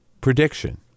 prediction